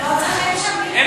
חברת הכנסת תמר זנדברג.